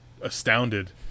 astounded